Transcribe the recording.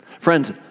Friends